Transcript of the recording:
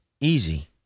easy